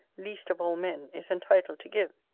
least of all men, is entitled to give.